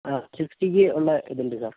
ആ സിക്സ്സ്റ്റിക്കുള്ള ഇതുണ്ട് സാർ